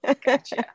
Gotcha